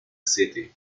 city